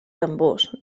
tambors